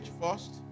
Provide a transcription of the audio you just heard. first